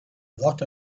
lot